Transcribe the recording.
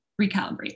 recalibrate